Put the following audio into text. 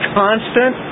constant